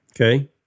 Okay